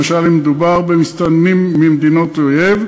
למשל אם מדובר במסתננים ממדינות אויב.